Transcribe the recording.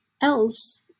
else